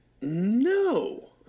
No